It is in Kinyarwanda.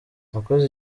nakoze